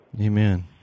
Amen